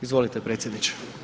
Izvolite predsjedniče.